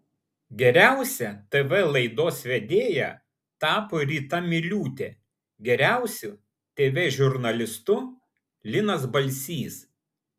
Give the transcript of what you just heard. geriausia tv laidos vedėja tapo rita miliūtė geriausiu tv žurnalistu linas balsys